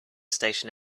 station